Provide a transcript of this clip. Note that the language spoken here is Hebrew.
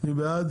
מי בעד